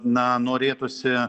na norėtųsi